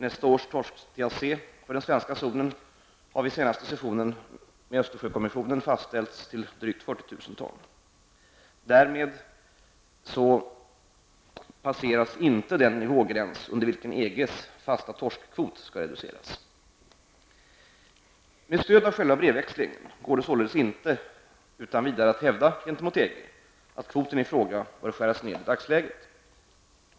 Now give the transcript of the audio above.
Nästa års torsk-TAC för den svenska zonen har vid den senaste sessionen med Östersjökommissionen fastställts till drygt 40 000 ton. Därmed passeras inte den nivågräns under vilken EGs fasta torskkvot skall reduceras. Med stöd av själva brevväxlingen går det således inte utan vidare att gentemot EG hävda att kvoten i fråga bör skäras ned i dagsläget.